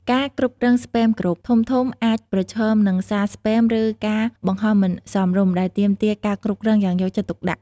ការគ្រប់គ្រង Spam Group ធំៗអាចប្រឈមនឹងសារ Spam ឬការបង្ហោះមិនសមរម្យ ដែលទាមទារការគ្រប់គ្រងយ៉ាងយកចិត្តទុកដាក់។